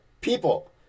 people